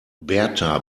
berta